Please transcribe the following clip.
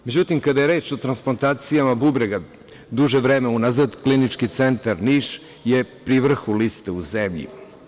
Međutim, kada je reč o transplantacijama bubrega, duže vreme unazad Klinički centar Niš je pri vrhu liste u zemlji.